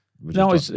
No